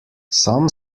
some